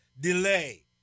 Delay